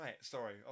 Sorry